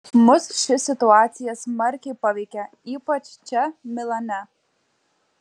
mus ši situacija smarkiai paveikė ypač čia milane